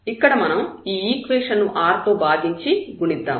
ఇక్కడ మనం ఈ ఈక్వేషన్ ను r తో భాగించి గుణిద్దాం